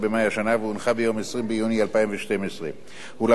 והונחה ביום 20 ביוני 2012. אולם הצעת החוק